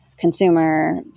consumer